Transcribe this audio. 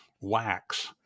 wax